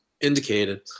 indicated